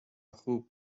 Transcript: خوب